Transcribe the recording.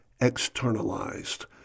externalized